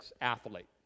athlete